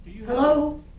Hello